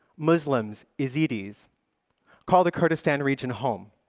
muslims, yazidis call the kurdistan region home,